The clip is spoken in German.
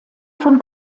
von